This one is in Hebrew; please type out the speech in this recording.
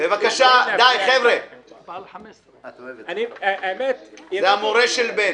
זה המורה של בן.